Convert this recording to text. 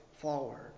forward